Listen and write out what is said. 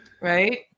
right